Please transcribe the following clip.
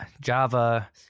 Java